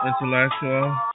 Intellectual